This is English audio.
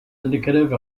indicative